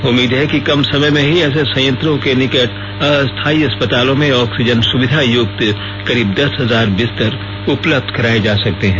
उम्मीद है कि कम समय में ही ऐसे संयंत्रों के निकट अस्थायी अस्पतालों में ऑक्सीजन सुविधा युक्त करीब दस हजार बिस्तर उपलब्ध कराए जा सकते हैं